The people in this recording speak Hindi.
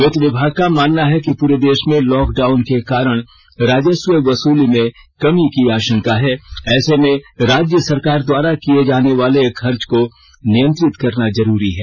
वित्त विभाग का मानना है कि पूरे देष में लॉकडाउन के कारण राजस्व वसूली में कमी की आषंका है ऐसे में राज्य सरकार द्वारा किये जाने वाले खर्च को नियंत्रित करना जरूरी है